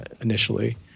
initially